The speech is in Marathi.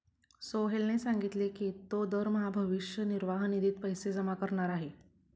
सोहेलने सांगितले की तो दरमहा भविष्य निर्वाह निधीत पैसे जमा करणार आहे